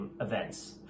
events